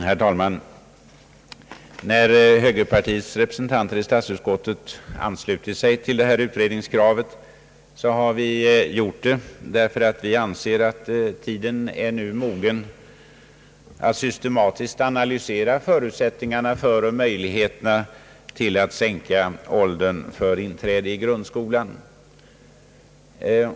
Herr talman! När högerpartiets representanter i statsutskottet anslutit sig till detta utredningskrav, har vi gjort det för att vi anser att tiden nu är mogen att systematiskt analysera förutsättningarna för en sänkt ålder för inträde i grundskolan.